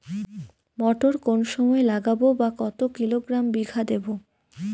মটর কোন সময় লাগাবো বা কতো কিলোগ্রাম বিঘা দেবো?